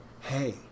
hey